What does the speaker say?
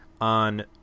on